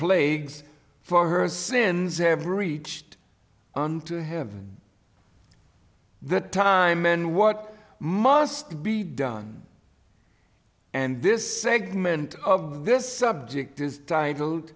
plagues for her sins have reached unto him the time and what must be done and this segment of this subject is titled